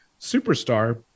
superstar